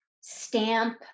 stamp